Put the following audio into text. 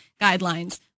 guidelines